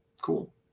Cool